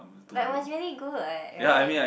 but was really good what right